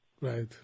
Right